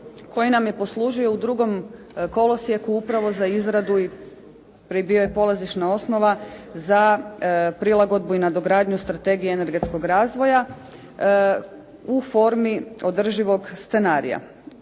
koji nam je poslužio u drugom kolosijeku upravo za izradu i bio je polazišna osnova za prilagodbu i nadogradnju strategije energetskog razvoja u formi održivog scenarija.